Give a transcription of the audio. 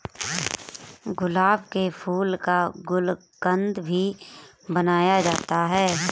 गुलाब के फूल का गुलकंद भी बनाया जाता है